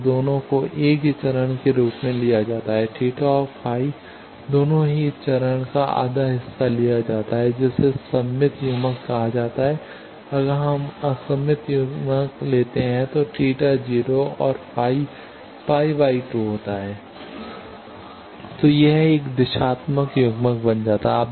तो दोनों को एक ही चरण के रूप में लिया जाता है थीटा θ और फाइ φ दोनों को इस चरण का आधा हिस्सा लिया जाता है θ φ π 2 जिसे सममित युग्मक कहा जाता है अगर हम असममित युग्मक लेते हैं θ 0 φ π तो यह एक दिशात्मक युग्मक बन जाता है